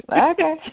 Okay